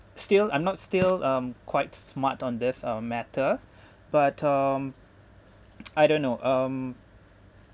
still I'm not still um quite smart on this uh math matter but um I don't know um